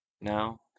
now